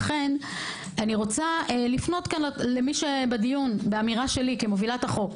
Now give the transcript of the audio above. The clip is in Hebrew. לכן אני רוצה לפנות לנוכחים כמובילת החוק.